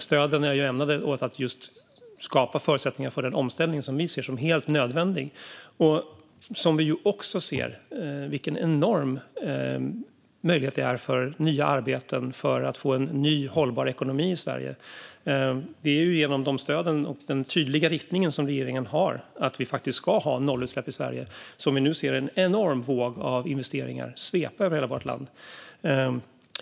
Stöden är ämnade att just skapa förutsättningar för den omställning som vi ser som helt nödvändig och som vi också ser innebär en enorm möjlighet för nya arbeten för en ny hållbar ekonomi i Sverige. Det är ju genom dessa stöd och genom den tydliga riktning som regeringen har när det gäller att vi faktiskt ska ha nollutsläpp i Sverige som vi nu ser en enorm våg av investeringar svepa över hela vårt land.